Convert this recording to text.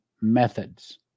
methods